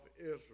Israel